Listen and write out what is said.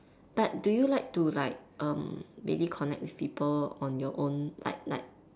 but do you like to like um maybe connect with people on your own like like